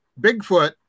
Bigfoot